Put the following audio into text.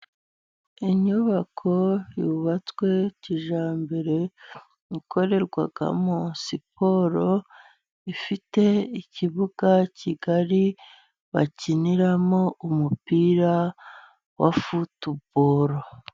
Inyubako yubatswe kijyambere ikorerwamo siporo, ifite ikibuga kigari bakiniramo umupira wa futo bolo.